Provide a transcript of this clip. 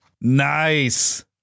Nice